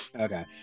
Okay